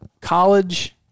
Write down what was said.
college